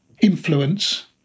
influence